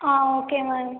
ah okay ma'am